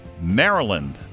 Maryland